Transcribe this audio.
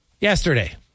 yesterday